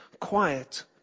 Quiet